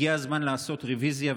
הגיע הזמן לעשות רוויזיה.